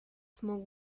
smoke